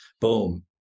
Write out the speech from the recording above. Boom